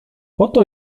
oto